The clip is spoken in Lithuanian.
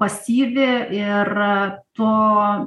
pasyvi ir to